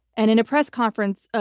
and in a press conference,